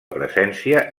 presència